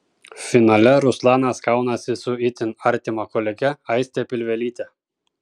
finale ruslanas kaunasi su itin artima kolege aiste pilvelyte